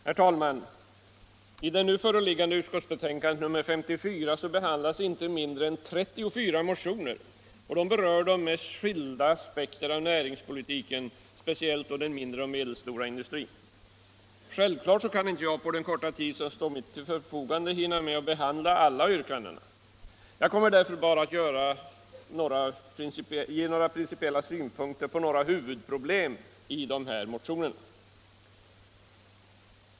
Herr talman! I det föreliggande utskottsbetänkandet behandlas inte mindre än 34 motioner som berör de mest skilda aspekter av näringspolitiken, speciellt den mindre och medelstora industrin. Självklart kan jag inte på den korta tid som står mig till buds hinna med att diskutera alla yrkanden. Jag kommer därför att ge några principiella synpunkter på ett par huvudproblem i dessa motioner.